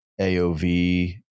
AOV